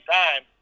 time